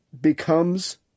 becomes